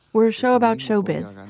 we're a show about showbiz.